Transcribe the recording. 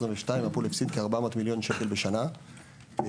22' הפול הפסיד כ-400 מיליון שקל בשנה שזה